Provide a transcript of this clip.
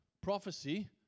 prophecy